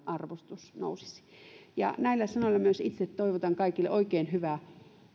arvostus nousisi näillä sanoilla myös itse toivotan kaikille oikein hyvää